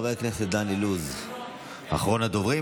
חבר הכנסת דן אילוז, אחרון הדוברים.